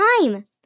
time